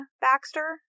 Baxter